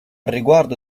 riguardo